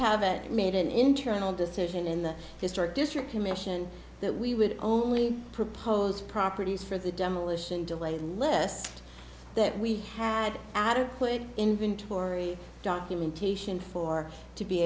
haven't made an interim decision in the historic district commission that we would only propose properties for the demolition delayed list that we had adequate inventory documentation for to be